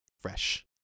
Fresh